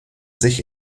sich